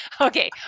okay